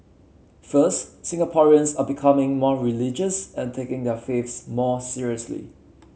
first Singaporeans are becoming more religious and taking their faiths more seriously